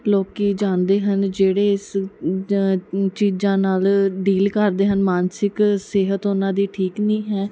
ਲੋਕ ਜਾਂਦੇ ਹਨ ਜਿਹੜੇ ਇਸ ਜ ਚੀਜ਼ਾਂ ਨਾਲ ਡੀਲ ਕਰਦੇ ਹਨ ਮਾਨਸਿਕ ਸਿਹਤ ਉਹਨਾਂ ਦੀ ਠੀਕ ਨਹੀਂ ਹੈ